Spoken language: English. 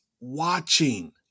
watching